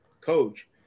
coach